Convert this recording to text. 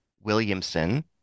Williamson